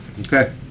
okay